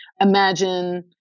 imagine